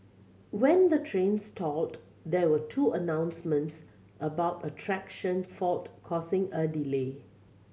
when the train stalled there were two announcements about a traction fault causing a delay